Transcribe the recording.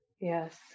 Yes